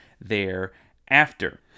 thereafter